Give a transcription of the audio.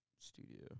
Studio